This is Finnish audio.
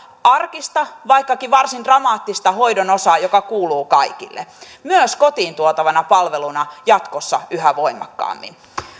arkista vaikkakin varsin dramaattista hoidon osaa joka kuuluu kaikille myös kotiin tuotavana palveluna jatkossa yhä voimakkaammin